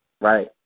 Right